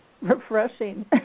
refreshing